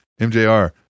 MJR